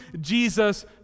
Jesus